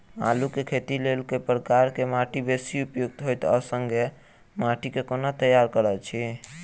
आलु केँ खेती केँ लेल केँ प्रकार केँ माटि बेसी उपयुक्त होइत आ संगे माटि केँ कोना तैयार करऽ छी?